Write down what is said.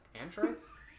androids